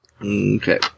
Okay